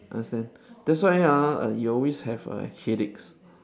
understand that's why ah you always have a headaches